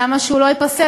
למה שגם הוא לא ייפסל?